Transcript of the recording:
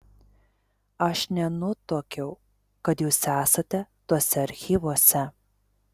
aš nenutuokiau kad jūs esate tuose archyvuose